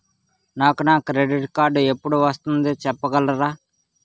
నాకు నా credit card ఎపుడు వస్తుంది చెప్పగలరా?